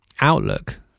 outlook